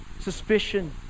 suspicion